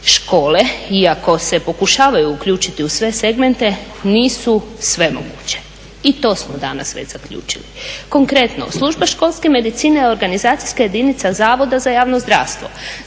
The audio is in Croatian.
škole, iako se pokušavaju uključiti u sve segmente, nisu svemoguće i to smo danas već zaključili. Konkretno, služba školske medicine organizacijska je jedinica Zavoda za javno zdravstvo.